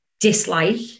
dislike